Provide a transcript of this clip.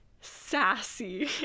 sassy